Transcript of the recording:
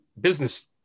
business